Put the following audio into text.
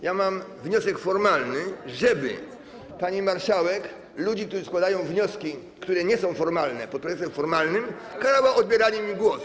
Ja mam wniosek formalny o to, żeby pani marszałek ludzi, którzy składają wnioski, które nie są formalne, pod pretekstem formalnym, karała odbieraniem głosu.